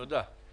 תודה.